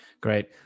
great